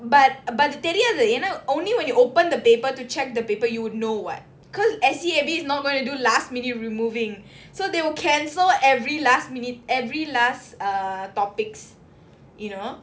but but தெரியாது ஏனா:theriyaathu yaenaa only when you open the paper to check the paper you would know [what] because S_E_A_B is not going to do last minute removing so they will cancel every last minute every last err topics you know